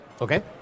Okay